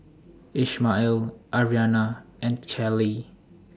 Ishmael Arianna and Callie